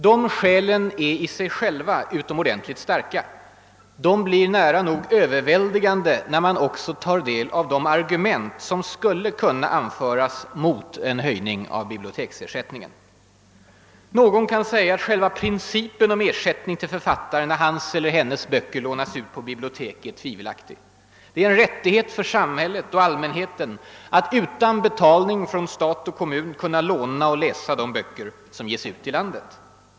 Dessa skäl är i sig själva utomordentligt starka. De blir nära nog överväldigande när man också tar del av de argument som skulle kunna anföras mot en höjning av biblioteksersättningen. Någon kan säga att själva principen om ersättning till författaren när hans eller hennes böcker lånas ut på biblioteken är tvivelaktig. Det är, kan det heta, en rättighet för allmänheten att utan att stat och kommun behöver betala kunna låna och läsa de böcker som nu ges ut i landet.